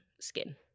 skin